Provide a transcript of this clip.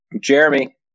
Jeremy